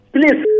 Please